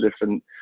different